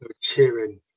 cheering